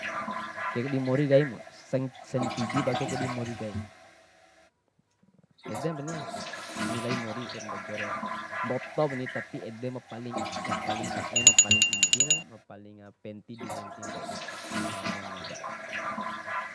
Tiku dimorikaimu, seng sentidi akeke dimori kaim. Edempani nilai mori ese mbojore, mbotopuni, tapi ede mapaling, mapaling nae ma paling intina, mapaling penti di nuntu ndai, ana ana muda.